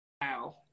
Wow